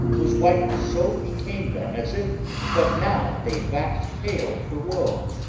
whose whiteness so became them as if but now they waxed pale for woe.